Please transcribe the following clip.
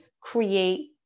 create